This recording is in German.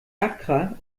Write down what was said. accra